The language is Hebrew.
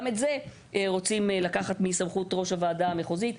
גם את זה רוצים לקחת מסמכות ראש הוועדה המחוזית.